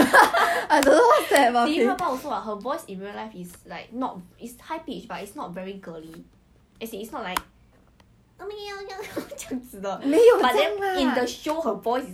我很累 what do you think your G_P_A will be this sem I also hope leh I also hope but honestly I don't think I will be able cause of my S_C_I